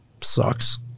Sucks